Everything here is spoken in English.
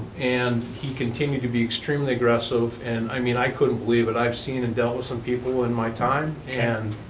and he continued to be extremely aggressive, and i mean, i couldn't believe it. i've seen and dealt with some people in my time, and